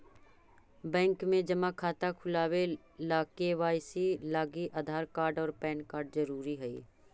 bank में जमा खाता खुलावे ला के.वाइ.सी लागी आधार कार्ड और पैन कार्ड ज़रूरी हई